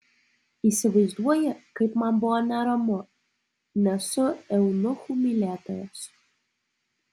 įsivaizduoji kaip man buvo neramu nesu eunuchų mylėtojas